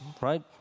right